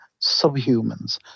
subhumans